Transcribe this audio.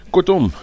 Kortom